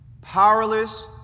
powerless